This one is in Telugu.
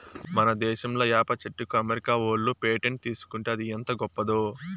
మన దేశంలా ఏప చెట్టుకి అమెరికా ఓళ్ళు పేటెంట్ తీసుకుంటే అది ఎంత గొప్పదో